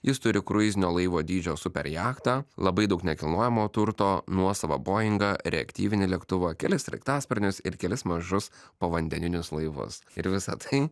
jis turi kruizinio laivo dydžio super jachtą labai daug nekilnojamo turto nuosavą boingą reaktyvinį lėktuvą kelis sraigtasparnius ir kelis mažus povandeninius laivus ir visa tai